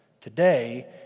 today